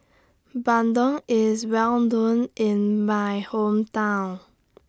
Bandung IS Well known in My Hometown